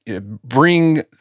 Bring